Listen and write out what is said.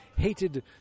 Hated